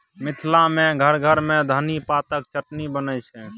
मिथिला मे घर घर मे धनी पातक चटनी बनै छै